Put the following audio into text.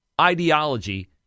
ideology